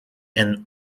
and